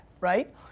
right